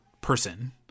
person